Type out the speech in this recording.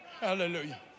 Hallelujah